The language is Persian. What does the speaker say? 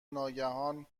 ناگهان